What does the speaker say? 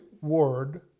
word